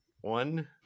one